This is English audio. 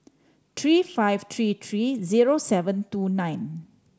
three five three three zero seven two nine